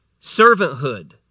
servanthood